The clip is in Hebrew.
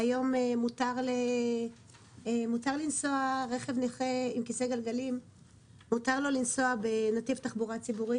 היום מותר לרכב נכה עם כיסא גלגלים לנסוע בנתיב תחבורה ציבורית.